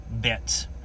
bit